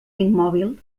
immòbil